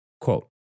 Quote